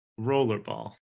Rollerball